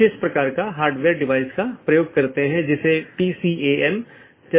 दोनों संभव राउटर का विज्ञापन करते हैं और infeasible राउटर को वापस लेते हैं